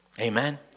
Amen